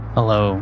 Hello